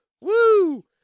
woo